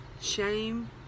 shame